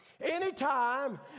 anytime